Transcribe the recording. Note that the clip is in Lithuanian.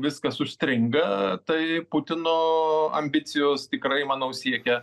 viskas užstringa tai putino ambicijos tikrai manau siekia